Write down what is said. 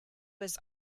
was